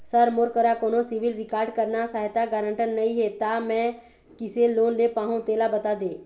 sir मोर करा कोन्हो सिविल रिकॉर्ड करना सहायता गारंटर नई हे ता मे किसे लोन ले पाहुं तेला बता दे